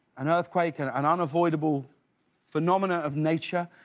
an earthquake, and an unavoidable phenomenon of nature.